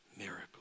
miracle